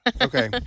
Okay